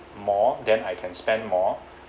more then I can spend more